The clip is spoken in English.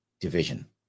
division